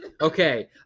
Okay